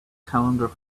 calendar